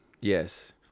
Yes